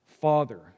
Father